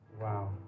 Wow